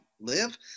live